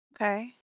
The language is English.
Okay